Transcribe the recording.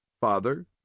father